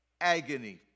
Agony